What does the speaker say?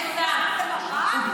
חוצפה להגיד